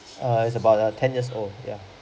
uh it's about a ten years old ya